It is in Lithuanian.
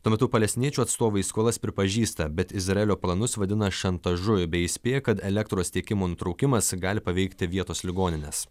tuo metu palestiniečių atstovai skolas pripažįsta bet izraelio planus vadina šantažu bei įspėja kad elektros tiekimo nutraukimas gali paveikti vietos ligonines